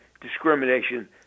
discrimination